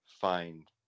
find